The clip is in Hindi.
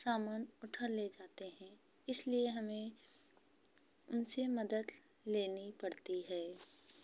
सामान उठा ले जाते हैं इसलिए हमें उनसे मदद लेनी पड़ती है